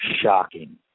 shocking